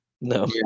no